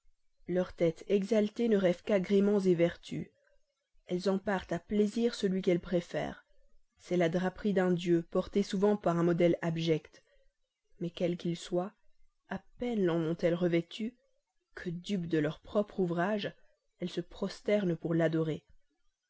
leur tête exaltée ne rêve qu'agréments vertus elles en parent à plaisir celui qu'elles préfèrent c'est la draperie d'un dieu portée souvent par un modèle abject mais quel qu'il soit à peine l'en ont elle revêtu que dupes de leur propre ouvrage elles se prosternent pour l'adorer